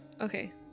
Okay